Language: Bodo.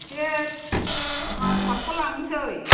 बे मास्थारखौ लांनोसै